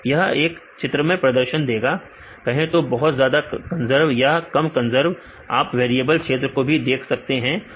यह एक चित्रमय प्रदर्शन देगा कहे तो बहुत ज्यादा कंजर्व या कम कंजर्व आप वेरिएबल क्षेत्र को भी देख सकते हैं